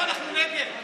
אנחנו נגד.